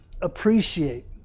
appreciate